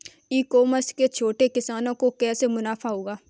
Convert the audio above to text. ई commerce से छोटे किसानों को कैसे मुनाफा होगा?